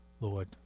Lord